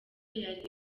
yari